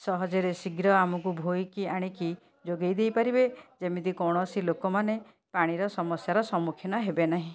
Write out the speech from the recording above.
ସହଜରେ ଶୀଘ୍ର ଆମକୁ ବୋହିକି ଆଣିକି ଯୋଗାଇ ଦେଇ ପାରିବେ ଯେମିତି କୌଣସି ଲୋକମାନେ ପାଣିର ସମସ୍ୟାର ସମ୍ମୁଖୀନ ହେବେ ନାହିଁ